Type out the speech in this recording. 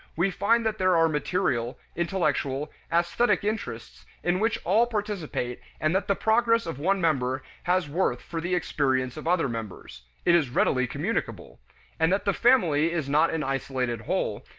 we find that there are material, intellectual, aesthetic interests in which all participate and that the progress of one member has worth for the experience of other members it is readily communicable and that the family is not an isolated whole,